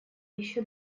еще